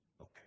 Okay